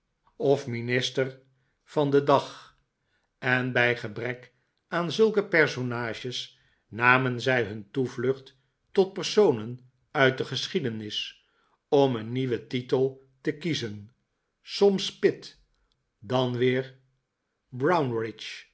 of minister van maarten chuzzl e w i t den dag en bij gebrek aan zulke personages namen zij hun toevlucht tot personen uit de geschiedenis om een nieuwen titel te kiezen soms pitt dan weer